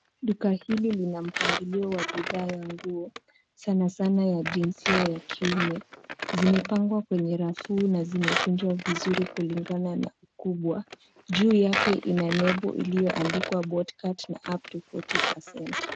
Duka hili lina mpangilio wa bidhaa na nguo sanasana ya jinsia ya kiume. Zimepangwa kwenye rafu na zimekunjwa vizuri kulingana na ukubwa. Juu yake ina nembo iliyoandikwa Botcat na upto fourty percent